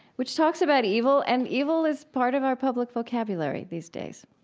which talks about evil. and evil is part of our public vocabulary these days